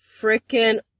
Freaking